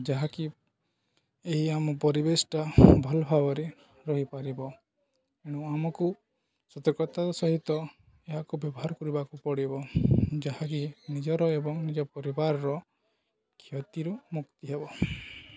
ଯାହାକି ଏହି ଆମ ପରିବେଶଟା ଭଲ ଭାବରେ ରହିପାରିବ ଏଣୁ ଆମକୁ ସତର୍କତାର ସହିତ ଏହାକୁ ବ୍ୟବହାର କରିବାକୁ ପଡ଼ିବ ଯାହାକି ନିଜର ଏବଂ ନିଜ ପରିବାରର କ୍ଷତିରୁ ମୁକ୍ତି ହେବ